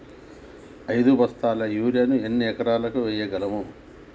ఐదు బస్తాల యూరియా ను ఎన్ని ఎకరాలకు వేయగలము?